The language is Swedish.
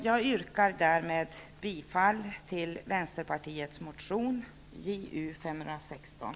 Jag yrkar härmed bifall till vänsterpartiets motion